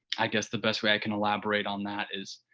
i guess the best way i can elaborate on that is,